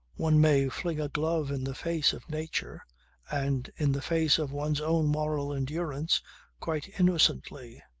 one may fling a glove in the face of nature and in the face of one's own moral endurance quite innocently,